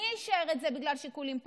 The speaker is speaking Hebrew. מי אישר את זה בגלל שיקולים פוליטיים?